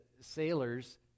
sailors